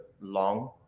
long